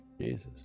jesus